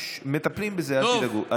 מטפלים בזה, אל תדאגו.